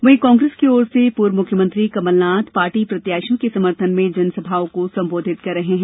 वहीं कांग्रेस की ओर से पूर्व मुख्यमंत्री कमलनाथ पार्टी प्रत्याशियों के समर्थन में जन सभाओं को संबोधित कर रहे हैं